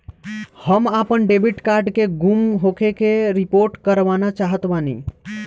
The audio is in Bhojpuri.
हम आपन डेबिट कार्ड के गुम होखे के रिपोर्ट करवाना चाहत बानी